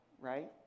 right